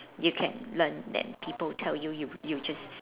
you can learn then people tell you you just